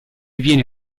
viene